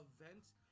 events